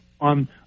on